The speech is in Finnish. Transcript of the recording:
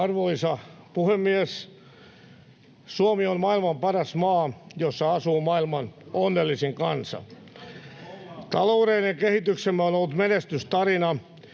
Arvoisa puhemies! Suomi on maailman paras maa, jossa asuu maailman onnellisin kansa. Taloudellinen kehityksemme on ollut menestystarina.